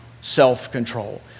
self-control